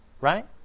right